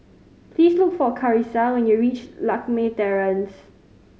please look for Karissa when you reach Lakme Terrace